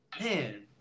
man